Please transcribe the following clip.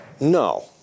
No